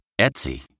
Etsy